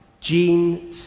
Jean